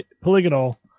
polygonal